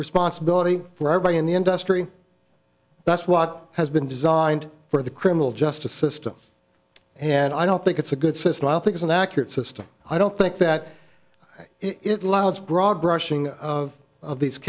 responsibility for our body in the industry that's what has been designed for the criminal justice system and i don't think it's a good system i don't think is an accurate system i don't think that it allows broad brushing of of these